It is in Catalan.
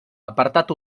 apartat